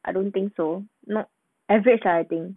I don't think so lah average lah I think